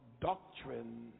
doctrine